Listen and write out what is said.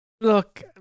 Look